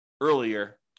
earlier